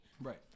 Right